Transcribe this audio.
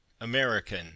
American